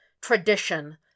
Tradition